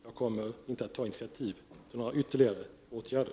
Jag kommer inte att ta initiativ till några ytterligare åtgärder.